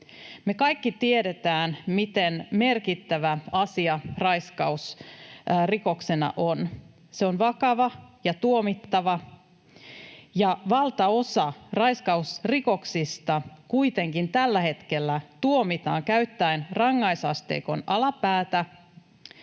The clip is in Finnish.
Me kaikki tiedetään, miten merkittävä asia raiskaus on rikoksena. Se on vakava ja tuomittava, ja valtaosa raiskausrikoksista kuitenkin tällä hetkellä tuomitaan käyttäen rangaistusasteikon alapäätä.